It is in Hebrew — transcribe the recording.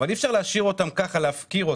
אבל אי אפשר להפקיר אותם.